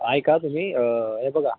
ऐका तुम्ही हे बघा